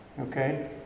Okay